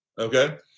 Okay